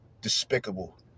Despicable